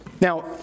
Now